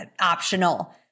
optional